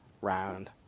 round